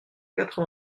quatre